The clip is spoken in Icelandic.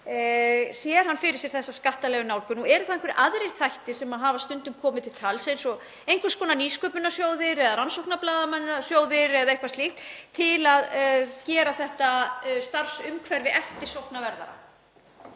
Sér hann fyrir sér þessa skattalegu nálgun og eru þá einhverjir aðrir þættir sem hafa stundum komið til tals, eins og einhvers konar nýsköpunarsjóðir eða rannsóknarblaðamannasjóðir eða eitthvað slíkt, til að gera þetta starfsumhverfi eftirsóknarverðara?